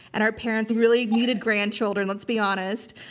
and our parents really needed grandchildren. let's be honest.